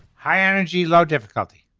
high energy low difficulty